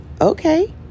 Okay